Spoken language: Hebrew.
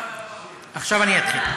עכשיו אני אתחיל.